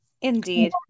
Indeed